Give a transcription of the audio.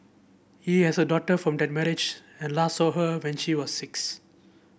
he has a daughter from that marriage and last saw her when she was six